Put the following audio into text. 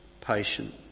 patient